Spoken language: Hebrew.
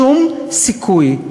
שום סיכוי.